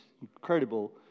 incredible